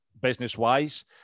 business-wise